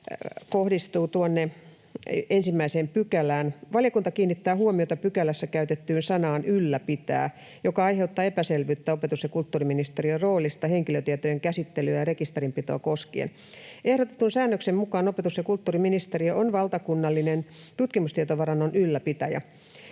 kohdistuu tuonne ensimmäiseen pykälään: Valiokunta kiinnittää huomiota pykälässä käytettyyn sanaan ”ylläpitää”, joka aiheuttaa epäselvyyttä opetus- ja kulttuuriministeriön roolista henkilötietojen käsittelyä ja rekisterinpitoa koskien. Ehdotetun säännöksen mukaan opetus- ja kulttuuriministeriö on valtakunnallinen tutkimustietovarannon ylläpitäjä.